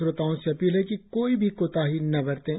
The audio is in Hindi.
श्रोताओं से अपील है कि कोई भी कोताही न बरतें